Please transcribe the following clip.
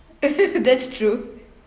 that's true